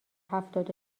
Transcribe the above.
هفتاد